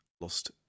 lost